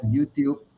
YouTube